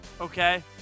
Okay